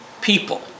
people